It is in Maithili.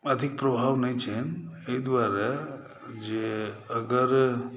अधिक प्रभाव नहि छनि एहि दुआरे जे अगर